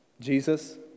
Jesus